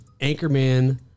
Anchorman